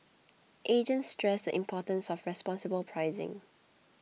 agents stress the importance of responsible pricing